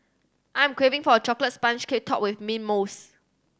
I'm craving for a chocolate sponge cake topped with mint mousse